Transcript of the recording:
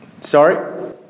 Sorry